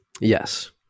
Yes